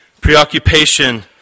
Preoccupation